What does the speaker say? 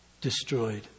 destroyed